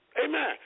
Amen